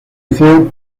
liceo